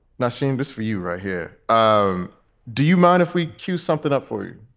not saying this for you right here um do you mind if we cue something up for you?